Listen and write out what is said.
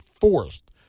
forced